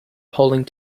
polling